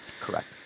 Correct